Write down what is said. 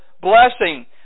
blessing